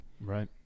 Right